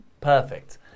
Perfect